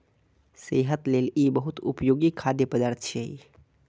सेहत लेल ई बहुत उपयोगी खाद्य पदार्थ छियै